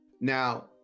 Now